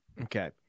Okay